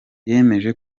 yemeje